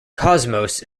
cosmos